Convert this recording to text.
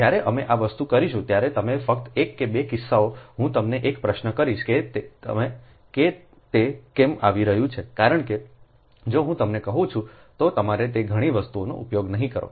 જ્યારે અમે આ વસ્તુ કરીશું ત્યારે તમે ફક્ત 1 કે 2 કિસ્સાઓ હું તમને એક પ્રશ્ન કરીશ કે તે કેમ આવી રહ્યું છે કારણ કે જો હું તમને કહું છું તો તમારે તે ઘણી વસ્તુઓનો ઉપયોગ નહીં કરો